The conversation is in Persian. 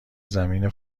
زمین